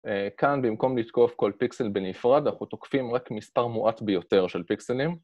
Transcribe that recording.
כאן במקום לתקוף כל פיקסל בנפרד, אנחנו תוקפים רק מספר מועט ביותר של פיקסלים